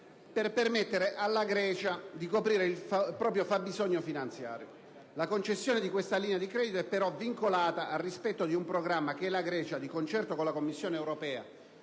per permettere alla Grecia di coprire il proprio fabbisogno finanziario. La concessione di questa linea di credito è però vincolata al rispetto di un programma che la Grecia, di concerto con la Commissione europea